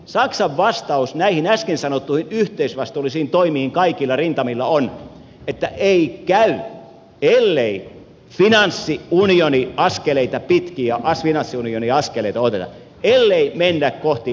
saksan vastaus näihin äsken sanottuihin yhteisvastuullisiin toimiin kaikilla rintamilla on että ei käy ellei finanssiunionin askeleita pitkiä finanssiunionin askeleita oteta ellei mennä kohti liittovaltiokehitystä